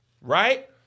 right